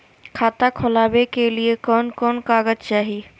खाता खोलाबे के लिए कौन कौन कागज चाही?